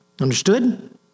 Understood